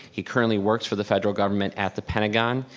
he currently works for the federal government at the pentagon.